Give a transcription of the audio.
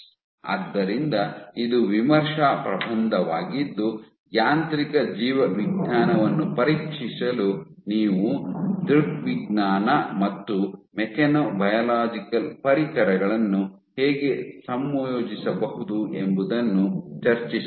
ಆದ್ದರಿಂದ ಇದು ವಿಮರ್ಶಾ ಪ್ರಬಂಧವಾಗಿದ್ದು ಯಾಂತ್ರಿಕ ಜೀವವಿಜ್ಞಾನವನ್ನು ಪರೀಕ್ಷಿಸಲು ನೀವು ದೃಗ್ವಿಜ್ಞಾನ ಮತ್ತು ಮೆಕ್ಯಾನೊಬಯಾಲಾಜಿಕಲ್ ಪರಿಕರಗಳನ್ನು ಹೇಗೆ ಸಂಯೋಜಿಸಬಹುದು ಎಂಬುದನ್ನು ಚರ್ಚಿಸುತ್ತದೆ